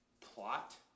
plot